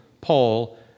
Paul